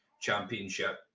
championship